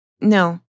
No